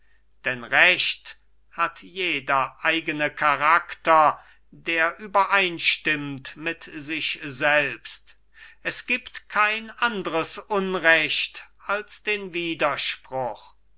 denn recht hat jeder eigene charakter der übereinstimmt mit sich selbst es gibt kein andres unrecht als den widerspruch